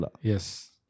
Yes